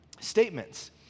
statements